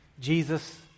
Jesus